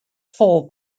full